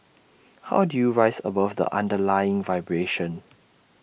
how do you rise above the underlying vibration